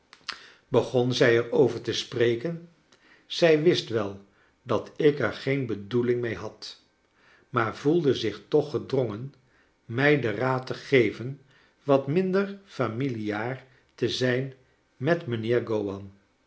begon zij er over te spreken zij wist wel dat ik er geen bedoeling mee had maar voelde zich tooh gedrongen mij den raad te geven wat minder familiaar te zijn met mijnheer